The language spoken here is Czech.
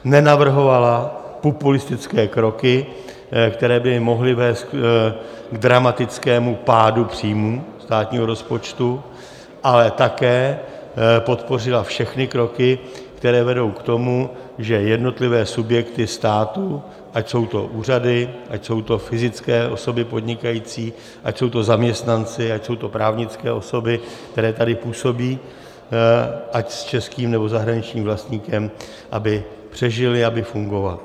Nenavrhovala populistické kroky, které by mohly vést k dramatickému pádu příjmů státního rozpočtu, ale také podpořila všechny kroky, které vedou k tomu, že jednotlivé subjekty státu, ať jsou to úřady, ať jsou to fyzické osoby podnikající, ať jsou to zaměstnanci, ať jsou to právnické osoby, které tady působí, ať s českým, nebo zahraničním vlastníkem, aby přežily, aby fungovaly.